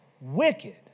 wicked